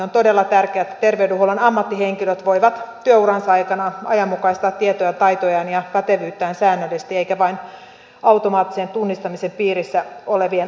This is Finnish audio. on todella tärkeää että terveydenhuollon ammattihenkilöt voivat työuransa aikana ajanmukaistaa tietojaan taitojaan ja pätevyyttään säännöllisesti eikä tämä tapahdu vain automaattisen tunnistamisen piirissä olevien ammattien sisällä